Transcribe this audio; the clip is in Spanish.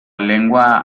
lengua